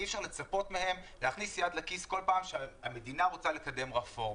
אי אפשר לצפות מהם להכניס יד לכיס כל פעם שהמדינה רוצה לקדם רפורמה.